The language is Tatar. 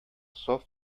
саф